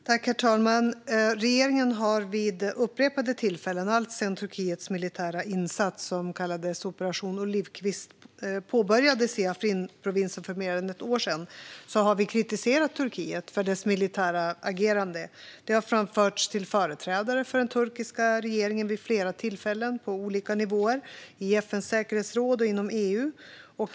Herr talman! Regeringen har vid upprepade tillfällen alltsedan Turkiets militära insats som kallades Operation olivkvist påbörjades i Afrinprovinsen för mer än ett år sedan kritiserat Turkiet för dess militära agerande. Det har framförts till företrädare för den turkiska regeringen vid flera tillfällen på olika nivåer i FN:s säkerhetsråd och inom EU.